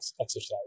exercise